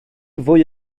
fwy